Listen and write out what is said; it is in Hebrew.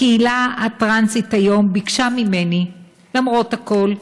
הקהילה הטרנסית ביקשה ממני, למרות הכול,